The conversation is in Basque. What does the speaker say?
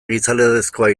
gizalegezkoa